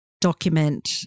document